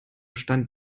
stand